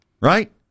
right